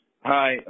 Hi